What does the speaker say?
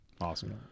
awesome